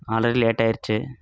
already late ஆயிடுச்சு